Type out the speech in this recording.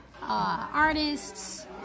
artists